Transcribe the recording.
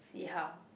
see how